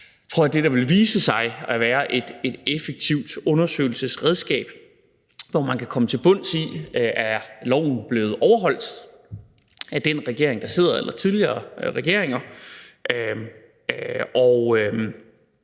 som jeg tror vil vise sig at være et effektivt undersøgelsesredskab, hvor man kan komme til bunds i, om loven er blevet overholdt af den regering, der sidder, eller tidligere regeringer,